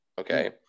Okay